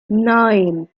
nine